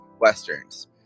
westerns